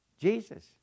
Jesus